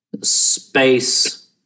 space –